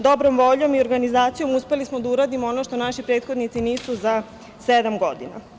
Dobrom voljom i organizacijom uspeli smo da uradimo ono što naši prethodnici nisu za sedam godina.